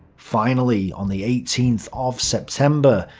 finally on the eighteenth of september,